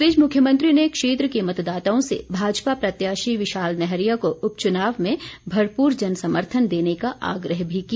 इस बीच मुख्यमंत्री ने क्षेत्र के मतदाताओं से भाजपा प्रत्याशी विशाल नैहरिया को उपचुनाव में भरपूर जनसमर्थन देने का आग्रह भी किया